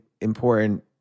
important